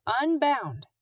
unbound